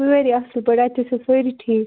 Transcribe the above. سٲری اَصٕل پٲٹھۍ اَتہِ ٲسیٛا سٲری ٹھیٖک